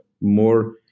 more